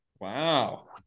wow